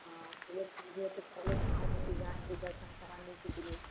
हँ चलो ठीक है तो पहले कहाँ ले कर जाएँगी दर्शन कराने के लिए